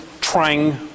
trying